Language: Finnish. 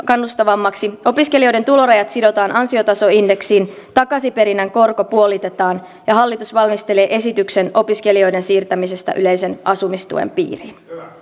kannustavammaksi opiskelijoiden tulorajat sidotaan ansiotasoindeksiin takaisinperinnän korko puolitetaan ja hallitus valmistelee esityksen opiskelijoiden siirtämisestä yleisen asumistuen piiriin